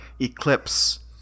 eclipse